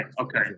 okay